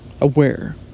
Aware